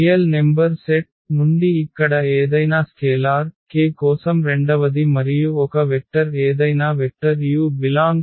వాస్తవ సంఖ్యల సమితి నుండి ఇక్కడ ఏదైనా స్కేలార్ k కోసం రెండవది మరియు ఒక వెక్టర్ ఏదైనా వెక్టర్ u∈X